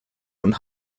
und